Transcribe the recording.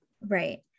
Right